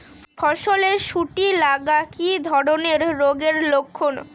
ফসলে শুটি লাগা কি ধরনের রোগের লক্ষণ?